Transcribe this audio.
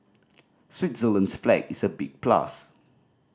Switzerland's flag is a big plus